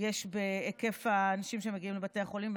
יש בהיקף האנשים שמגיעים לבתי החולים,